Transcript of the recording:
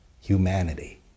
humanity